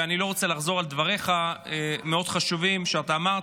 ואני לא רוצה לחזור על דבריך המאוד-חשובים שאתה אמרת,